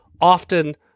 often